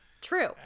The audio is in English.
true